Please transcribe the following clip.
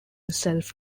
self